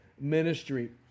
ministry